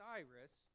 Cyrus